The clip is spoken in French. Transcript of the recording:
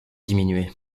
diminuée